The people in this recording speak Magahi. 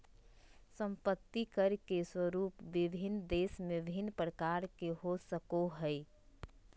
संपत्ति कर के स्वरूप विभिन्न देश में भिन्न प्रकार के हो सको हइ